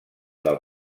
del